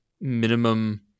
minimum